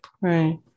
Right